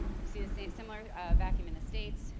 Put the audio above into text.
we see the same similar vacuum in the states.